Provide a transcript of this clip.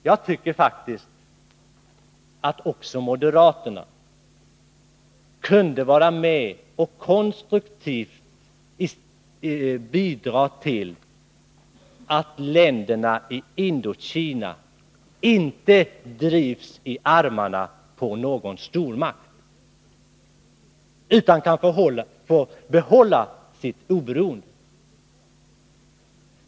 Jag tycker faktiskt att även moderaterna skulle kunna vara med och konstruktivt bidra till att länderna i Indokina inte drivs i armarna på någon stormakt utan kan få behålla sitt oberoende.